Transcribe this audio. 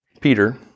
Peter